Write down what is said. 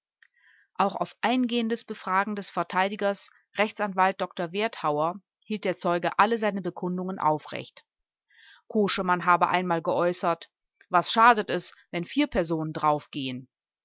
auch auf eingehendes befragen des verteidigers rechtsanwalt dr werthauer hielt der zeuge alle seine bekundungen aufrecht koschemann habe einmal geäußert was schadet es wenn vier personen draufgehen